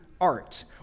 art